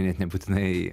net nebūtinai